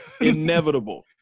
inevitable